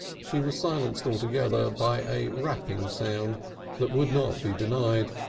she was silenced altogether by a rapping sound that would not be denied.